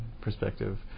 perspective